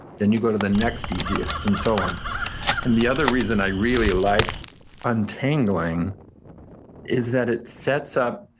then you go to the next easiest, and so on and the other reason i really like untangling is that it sets up,